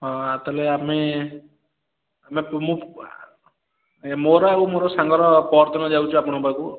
ହଁ ତା'ହେଲେ ଆମେ ଆମେ ମୁଁ ଆଜ୍ଞା ମୋର ଆଉ ମୋର ସାଙ୍ଗର ପଅରଦିନ ଯାଉଛୁ ଆପଣଙ୍କ ପାଖକୁ ଆଉ